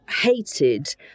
hated